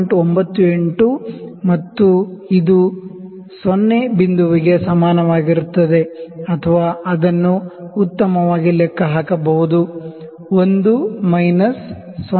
98 ಮತ್ತು ಇದು 0 ಬಿಂದುವಿಗೆ ಸಮಾನವಾಗಿರುತ್ತದೆ ಅಥವಾ ಅದನ್ನು ಉತ್ತಮವಾಗಿ ಲೆಕ್ಕಹಾಕಬಹುದು 1 ಮೈನಸ್ 0